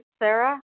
Sarah